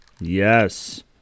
Yes